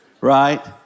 Right